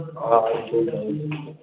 हजुर हुन्छ हुन्छ